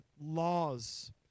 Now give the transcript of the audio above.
laws